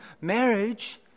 Marriage